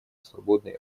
свободный